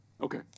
Okay